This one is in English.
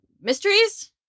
mysteries